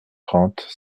trente